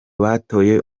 batoye